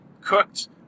cooked